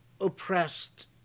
oppressed